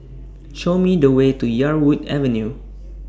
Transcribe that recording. Show Me The Way to Yarwood Avenue